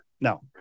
no